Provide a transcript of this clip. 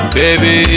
baby